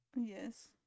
Yes